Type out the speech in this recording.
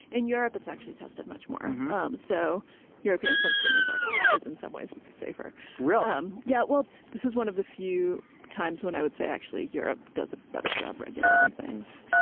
in europe it's actually tested much more um so european sunscreen as is in some ways safer really. um yeah. well this is one of the few times when i would say actually europe does a better job regulating things.